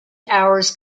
hours